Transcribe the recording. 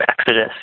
exodus